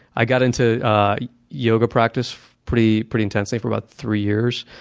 i got into yoga practice pretty pretty intensely for about three years.